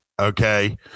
Okay